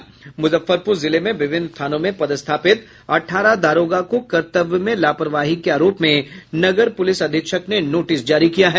मुजफ्फरपुर जिले में विभिन्न थानों में पदस्थापित अठारह दारोगा को कर्तव्य में लापरवाही के आरोप में नगर पुलिस अधीक्षक ने नोटिस जारी किया है